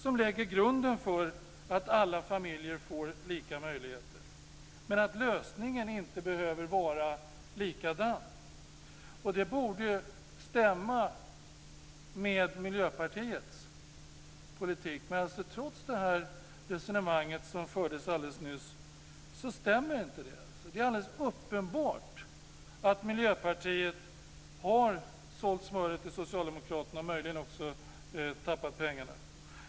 Det lägger grunden till att alla familjer får lika möjligheter, men lösningen behöver inte vara likadan. Det borde stämma med Miljöpartiets politik. Men trots det här resonemanget som fördes alldeles nyss stämmer inte det. Det är alldeles uppenbart att Miljöpartiet har sålt smöret till Socialdemokraterna och möjligen också tappat pengarna.